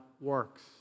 works